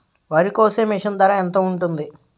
వరి కోసే మిషన్ ధర ఎంత ఉంటుంది?